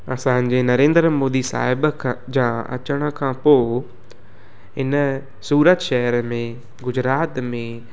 असांजे नरेंद्र मोदी साहिब खां जा अचण खां पोइ इन सूरत शहर में गुजरात में